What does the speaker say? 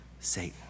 Satan